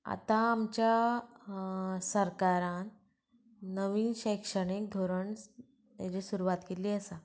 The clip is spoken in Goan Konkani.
आतां आमच्या सरकारान नवीन शैक्षणीक धोरण तेजी सुरवात केल्ली आसा